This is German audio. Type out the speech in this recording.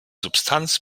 substanz